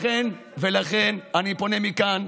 לכן אני פונה מכאן,